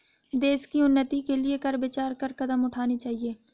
देश की उन्नति के लिए कर विचार कर कदम उठाने चाहिए